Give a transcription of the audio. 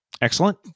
Excellent